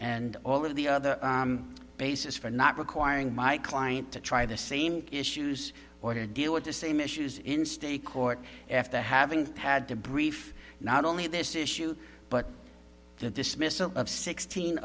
and all of the other basis for not requiring my client to try the same issues or to deal with the same issues in state court after having had to brief not only this issue but the dismissal of sixteen